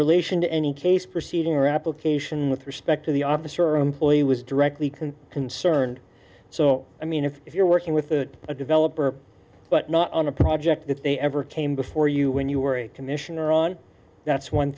relation to any case proceeding or application with respect to the officer or employee was directly can concerned so i mean if you're working with a a developer but not on a project if they ever came before you when you were a commissioner on that's one